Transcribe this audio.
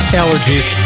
allergies